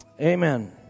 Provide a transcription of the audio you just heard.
Amen